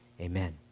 amen